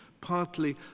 partly